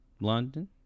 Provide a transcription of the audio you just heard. London